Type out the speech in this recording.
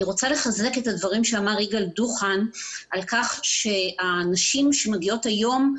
אני רוצה לחזק את הדברים שאמר יגאל דוכן על כך שהנשים שמגיעות היום,